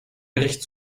gericht